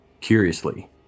Curiously